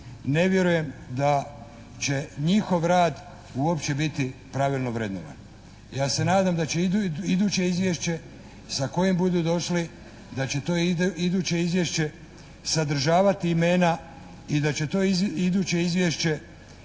ne vjerujem da će njihov rad uopće biti pravilno vrednovan. Ja se nada da će iduće Izvješće sa kojim budu došli, da će to iduće Izvješće sadržavati imena i da će to iduće Izvješće